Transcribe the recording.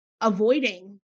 avoiding